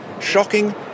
shocking